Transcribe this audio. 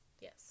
Yes